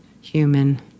human